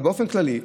אבל באופן כללי,